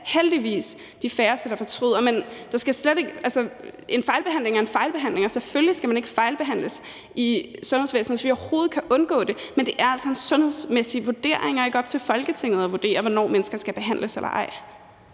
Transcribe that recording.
heldigvis de færreste, der fortryder. Men en fejlbehandling er en fejlbehandling, og selvfølgelig skal man ikke fejlbehandles i sundhedsvæsenet, hvis vi overhovedet kan undgå det. Men det er altså en sundhedsmæssig vurdering og ikke op til Folketinget at vurdere, om mennesker skal behandles eller ej.